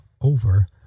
over